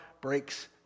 breaks